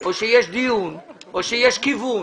או שיש דיון או שיש כיוון